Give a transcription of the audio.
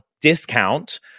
discount